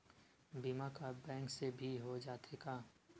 बीमा का बैंक से भी हो जाथे का?